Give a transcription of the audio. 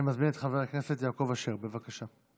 אני מזמין את חבר הכנסת יעקב אשר, בבקשה.